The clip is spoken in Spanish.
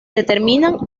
determinan